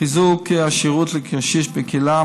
חיזוק השירות לקשיש בקהילה,